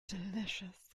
delicious